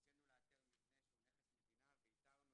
ניסינו לאתר מבנה שהוא נכס מדינה ואיתרנו